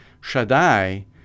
Shaddai